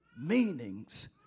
meanings